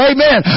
Amen